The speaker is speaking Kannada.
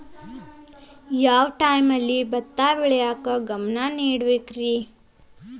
ಯಾವ್ ಟೈಮಲ್ಲಿ ಭತ್ತ ಬೆಳಿಯಾಕ ಗಮನ ನೇಡಬೇಕ್ರೇ?